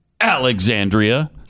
Alexandria